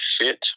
fit